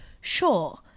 Sure